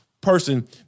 person